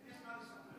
יש מה לשפר.